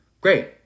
Great